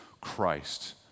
Christ